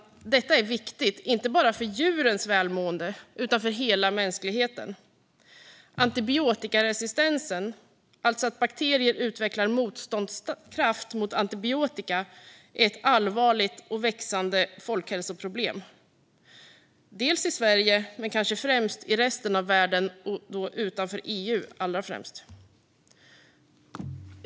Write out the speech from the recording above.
Detta är viktigt, inte bara för djurens välmående utan för hela mänskligheten. Antibiotikaresistens, alltså att bakterier utvecklar motståndskraft mot antibiotika, är ett allvarligt och växande folkhälsoproblem i Sverige och EU men kanske främst utanför EU.